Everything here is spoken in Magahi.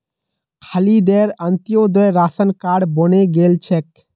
खालिदेर अंत्योदय राशन कार्ड बने गेल छेक